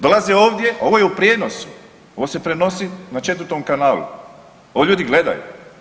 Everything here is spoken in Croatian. Dolaze ovdje, ovo je u prijenosu, ovo se prenosi na 4 kanalu, ovo ljudi gledaju.